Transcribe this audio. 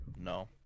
No